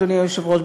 אדוני היושב-ראש,